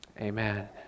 Amen